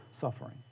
suffering